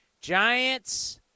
Giants